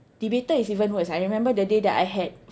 debater is even worse I remember the day that I had